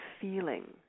feeling